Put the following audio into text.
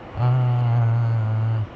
ah